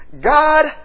God